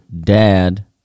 dad